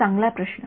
चांगला प्रश्न